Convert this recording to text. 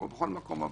כמו בכל מקום,